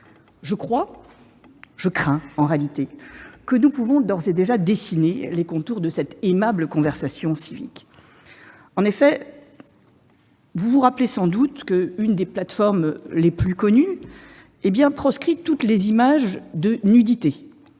civique. Je crains que nous ne puissions d'ores et déjà dessiner les contours de cette aimable conversation civique. En effet, vous le savez sans doute, l'une des plateformes les plus connues proscrit toutes les images de nudité